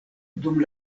dum